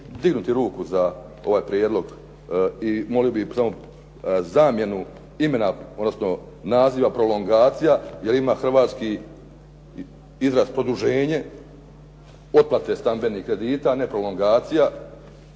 dignuti ruku za ovaj prijedlog i molio bih samo zamjenu imena, odnosno naziva prolongacija jer ima hrvatski izraz produženje otplate stambenih kredita, a ne prolongacija